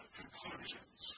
conclusions